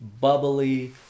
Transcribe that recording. bubbly